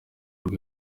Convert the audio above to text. rwe